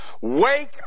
Wake